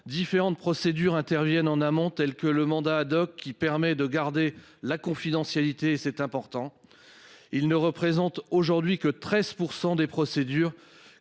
Différentes procédures interviennent en amont, telles que le mandat ad hoc qui permet de garder la confidentialité, et c'est important. Il ne représente aujourd'hui que 13% des procédures.